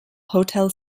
hotel